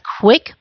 quick